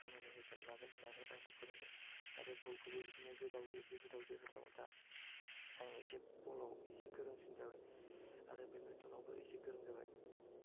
खामानि होगोन मागोन होननानै आंखौ फोरोंदों आरो बल खौबो बिदिनो जोदाव जोदाव जोहोदाव जोहोदाव दा आं एसे बल आव एसे गोरोंसिन जाबाय आरो बेटमिन्ट नावबो एसे गोरों जाबाय